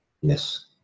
Yes